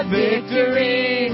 victory